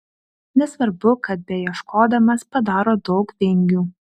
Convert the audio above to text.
nesvarbu kad beieškodamas padaro daug vingių